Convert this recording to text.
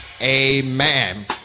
Amen